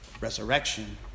resurrection